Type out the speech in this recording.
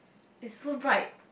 is so bright